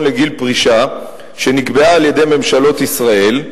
לגיל פרישה שנקבעה על-ידי ממשלות ישראל,